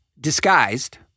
disguised